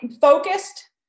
focused